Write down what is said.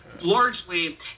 largely